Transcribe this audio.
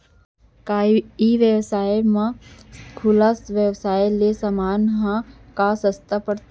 का ई व्यवसाय म खुला व्यवसाय ले समान ह का सस्ता पढ़थे?